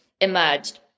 emerged